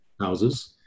houses